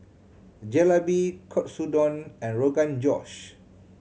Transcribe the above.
Jalebi Katsudon and Rogan Josh